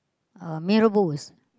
uh mee-Rebus